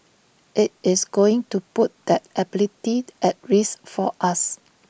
IT is going to put that ability at risk for us